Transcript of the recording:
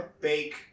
bake